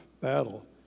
battle